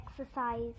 exercise